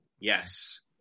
yes